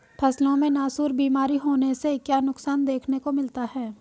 फसलों में नासूर बीमारी होने से क्या नुकसान देखने को मिलता है?